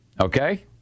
Okay